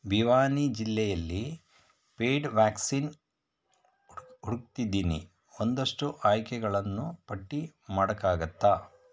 ಭಿವಾನೀ ಜಿಲ್ಲೆಯಲ್ಲಿ paid vaccine ಹುಡುಕ್ತಿದೀನಿ ಒಂದಷ್ಟು ಆಯ್ಕೆಗಳನ್ನು ಪಟ್ಟಿ ಮಾಡೋಕ್ಕಾಗುತ್ತಾ